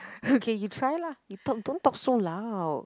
you try lah you talk don't talk so loud